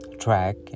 track